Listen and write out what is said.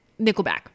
Nickelback